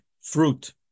fruit